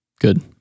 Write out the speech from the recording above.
Good